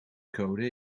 code